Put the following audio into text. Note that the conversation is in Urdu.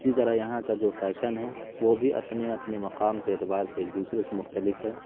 اسی طرح یہاں کا جو فیشن ہے وہ بھی اپنے اپنے مقام کے اعتبار سے ایک دوسرے سے مختلف ہے